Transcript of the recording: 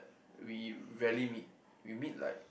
we rarely meet we meet like